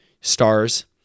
stars